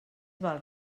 val